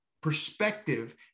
perspective